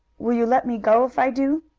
will you let me go if i do?